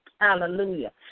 Hallelujah